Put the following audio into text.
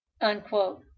unquote